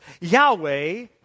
Yahweh